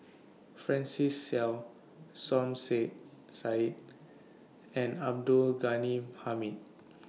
Francis Seow Som Say Said and Abdul Ghani Hamid